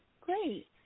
great